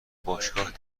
باشگاه